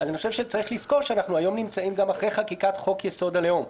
צריך לזכור שהיום אנחנו נמצאים אחרי חקיקת חוק יסוד: הלאום,